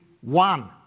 one